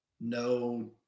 no